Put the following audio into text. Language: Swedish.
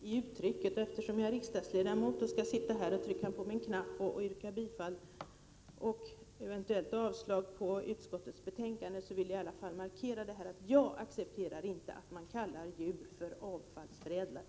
Herr talman! Jag ville bara peka på det här uttrycket. Eftersom jag är riksdagsledamot och alltså har att trycka på voteringsknappen för att visa om jag röstar för bifall eller avslag, ville jag alltså markera att jag inte accepterar att man kallar djur — i det här fallet minken — för avfallsförädlare.